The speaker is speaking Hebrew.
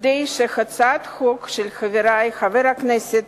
כדי שהצעות חוק של חברי, חברי הכנסת